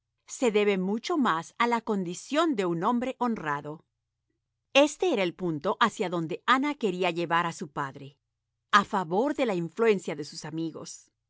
se debe mucho más a la condición de un hombre honrado este era el punto hacia donde ana quería llevar a su padre a favor de la influencia de sus amigos